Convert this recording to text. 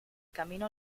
camino